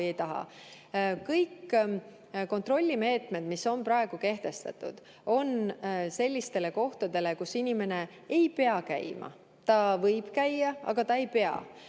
Kõik kontrollimeetmed, mis on praegu kehtestatud, on sellistes kohtades, kus inimene ei pea käima, vaid võib käia. Kauplustes meil